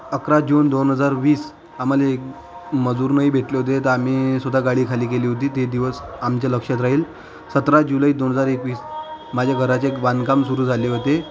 अकरा जून दोन हजार वीस आम्हाला मजूर नाही भेटले होते तर आम्हीसुद्धा गाडी खाली केली होती ते दिवस आमच्या लक्षात राहील सतरा जुलै दोन हजार एकवीस माझ्या घराचे बांधकाम सुरू झाले होते